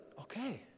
okay